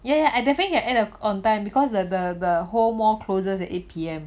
ya ya I definitely can end on time because the whole mall closes at eight P_M